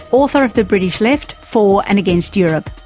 author of the british left for and against europe?